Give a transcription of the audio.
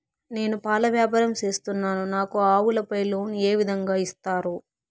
నేను పాల వ్యాపారం సేస్తున్నాను, నాకు ఆవులపై లోను ఏ విధంగా ఇస్తారు